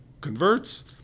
converts